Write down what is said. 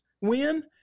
win